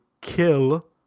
kill